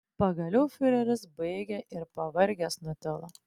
pagaliau fiureris baigė ir pavargęs nutilo